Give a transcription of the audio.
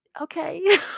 okay